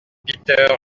peter